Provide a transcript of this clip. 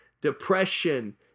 depression